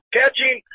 catching